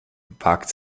wagt